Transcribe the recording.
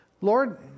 Lord